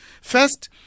First